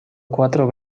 cuatro